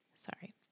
Sorry